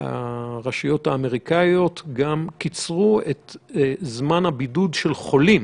הרשויות האמריקאיות קיצרו את זמן הבידוד של חולים